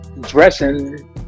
dressing